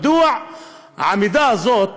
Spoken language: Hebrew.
מדוע העמידה הזאת?